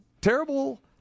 terrible